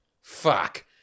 Fuck